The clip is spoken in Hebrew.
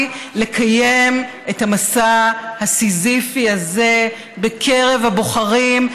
לקיים את המסע הסיזיפי הזה בקרב הבוחרים,